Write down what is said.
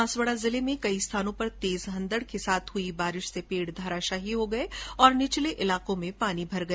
बांसवाडा जिले में कई स्थानों पर तेज अंधड के साथ हुई बारिश से पेड धाराशाही हो गये और निचले इलाको में पानी भर गया